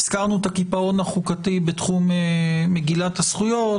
הזכרנו את הקיפאון החוקתי בתחום מגילת הזכויות.